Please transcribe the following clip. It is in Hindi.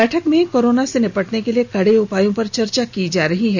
बैठक में कोरोना से निपटने के लिए कड़े उपायों पर चर्चा की जा रही है